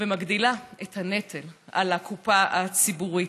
ומגדילה את הנטל על הקופה הציבורית.